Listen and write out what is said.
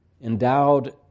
endowed